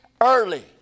early